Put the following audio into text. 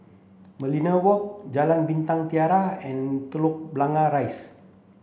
Merlion Walk Jalan Bintang Tiga and Telok Blangah Rise